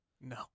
No